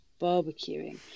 barbecuing